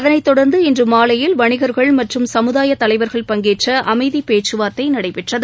அதளைத் தொடர்ந்து இன்று மாலையில் வணிகர்கள் மற்றும் சமுதாய தலைவர்கள் பங்கேற்ற அமைதி பேச்சுவார்த்தை நடைபெற்றது